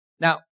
Now